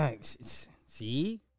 See